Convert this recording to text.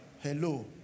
Hello